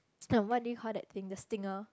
come what do you call that thing the stinger